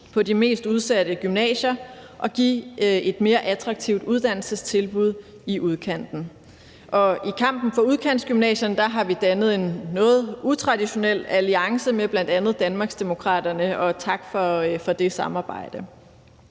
på de mest udsatte gymnasier og give et mere attraktivt uddannelsestilbud i udkanten. I kampen for udkantsgymnasierne har vi dannet en noget utraditionel alliance med bl.a. Danmarksdemokraterne, og tak for det samarbejde.